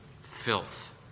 filth